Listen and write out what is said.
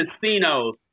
casinos